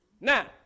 Now